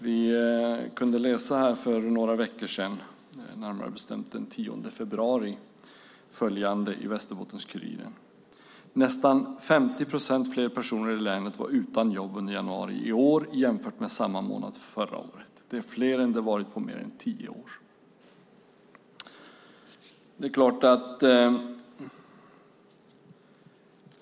Vi kunde läsa för några veckor sedan, närmare bestämt den 10 februari, följande i Västerbottens-Kuriren: "Nästan 50 procent fler personer i länet var utan jobb under januari i år jämfört med samma månad förra året, det är fler än det varit på mer än tio år."